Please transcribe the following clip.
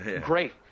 Great